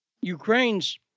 Ukraine's